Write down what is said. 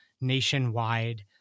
nationwide